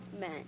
men